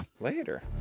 Later